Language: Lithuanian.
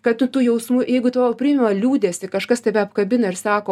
kad tu tų jausmų jeigu tavou priima liūdesį kažkas tave apkabina ir sako